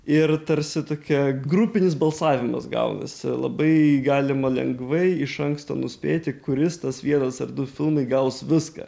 ir tarsi tokia grupinis balsavimas gaunasi labai galima lengvai iš anksto nuspėti kuris tas vienas ar du filmai gaus viską